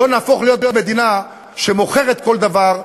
לא נהפוך להיות מדינה שמוכרת כל דבר,